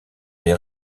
les